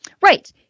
Right